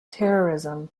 terrorism